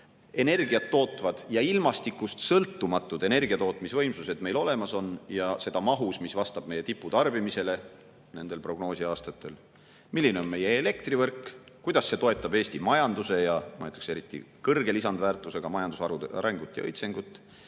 energiat tootvad ja ilmastikust sõltumatud energiatootmisvõimsused meil olemas on, ja kas neid on mahus, mis vastab meie tiputarbimisele nendel prognoosiaastatel, milline on meie elektrivõrk, kuidas see toetab Eesti majanduse ja eriti kõrge lisandväärtusega majandusharude arengut ja õitsengut,